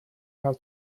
how